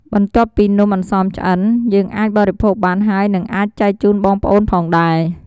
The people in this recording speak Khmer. បន្ទាប់ពីនំអន្សមឆ្អិន យើងអាចបរិភោគបានហើយនិងអាចចែកជូនបងប្អូនផងដែរ។